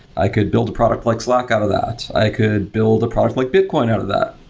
i could build a product like slack out of that. i could build a product like bitcoin out of that.